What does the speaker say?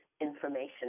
information